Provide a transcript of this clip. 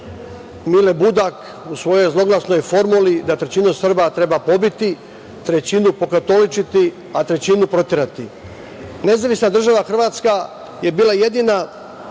Mile Budak u svojoj zloglasnoj formuli da trećinu Srba treba pobiti, trećinu pokatoličiti, a trećinu proterati. Nezavisna država Hrvatska je bila jedina